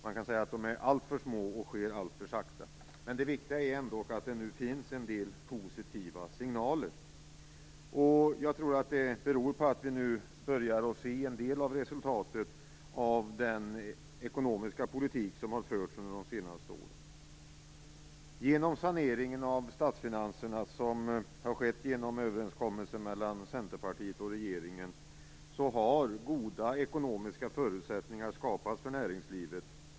Man kan säga att de är alltför små och sker alltför sakta. Men det viktiga är att det ändå finns en del positiva signaler. Jag tror att det beror på att vi nu börjar se en del av resultatet av den ekonomiska politik som har förts under de senaste åren. Genom saneringen av statsfinanserna som har skett genom överenskommelsen mellan Centerpartiet och regeringen har goda ekonomiska förutsättningar skapats för näringslivet.